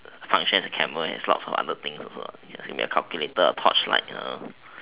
function as a camera and has lots of other things also what as in calculator torchlight uh